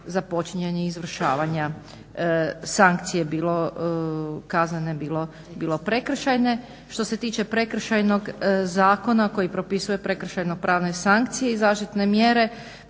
za počinjanje izvršavanja sankcije bilo kaznene, bilo prekršajne. Što se tiče Prekršajnog zakona koji propisuje prekršajno-pravne sankcije i zaštitne mjere